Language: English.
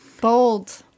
bold